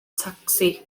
tacsi